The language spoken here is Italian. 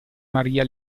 maria